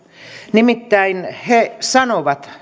nimittäin he